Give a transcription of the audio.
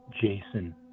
Jason